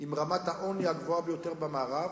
עם רמת העוני הגבוהה ביותר במערב,